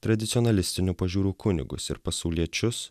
tradicionalistinių pažiūrų kunigus ir pasauliečius